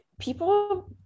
people